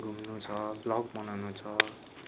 घुम्नु छ भ्लग बनाउनु छ